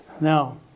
Now